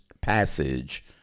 passage